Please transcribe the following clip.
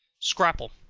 scrapple.